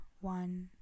One